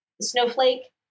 snowflake